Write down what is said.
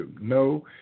No